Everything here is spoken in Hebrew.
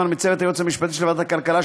מצוות הייעוץ המשפטי של ועדת הכלכלה,